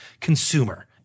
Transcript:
consumer